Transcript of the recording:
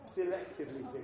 selectively